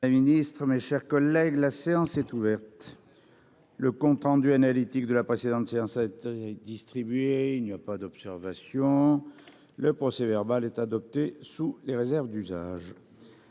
mes chers collègues, la séance est ouverte le compte-rendu analytique de la précédente séance a été distribué, il n'y a pas d'observation, le procès verbal est adopté sous les réserves d'usage,